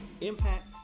impact